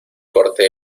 corte